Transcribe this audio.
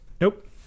Nope